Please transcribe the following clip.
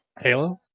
Halo